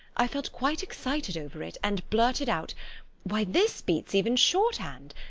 i felt quite excited over it, and blurted out why, this beats even shorthand!